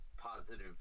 Positive